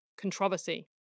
Controversy